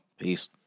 Peace